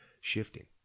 shifting